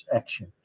action